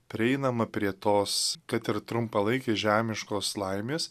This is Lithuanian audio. prieinama prie tos kad ir trumpalaikė žemiškos laimės